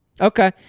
Okay